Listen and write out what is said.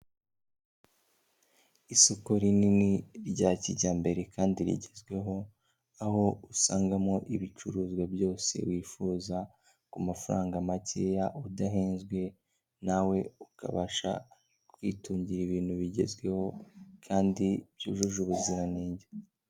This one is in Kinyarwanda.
Isoko rinini rya kijyambere kandi rigezweho, aho usangamo ibicuruzwa byose wifuza ku mafaranga makeya udahenzwe, nawe ukabasha kwitungira ibintu bigezweho kandi byujuje ubuziranenge.